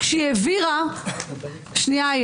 כשהיא העבירה שנייה,